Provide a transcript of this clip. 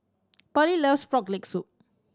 Pearlie loves Frog Leg Soup